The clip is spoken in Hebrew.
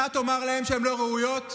אתה תאמר להן שהן לא ראויות?